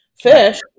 fish